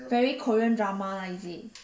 very korean drama lah is it